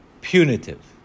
punitive